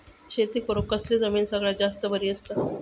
शेती करुक कसली जमीन सगळ्यात जास्त बरी असता?